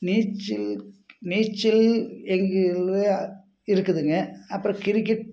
நீச்சல் நீச்சல் எங்கள் இதில் இருக்குதுங்க அப்புறம் கிரிக்கெட்